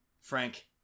Frank